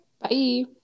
Bye